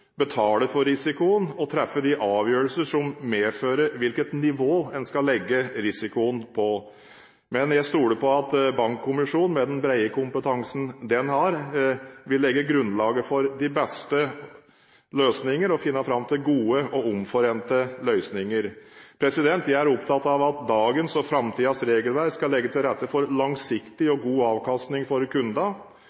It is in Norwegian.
betale for risikoen og treffe de avgjørelser som medfører hvilket nivå en skal legge risikoen på. Men jeg stoler på at Banklovkommisjonen med den brede kompetansen den har, vil legge grunnlaget for de beste løsninger og finne fram til gode og omforente løsninger. Jeg er opptatt av at dagens og framtidens regelverk skal legge til rette for langsiktig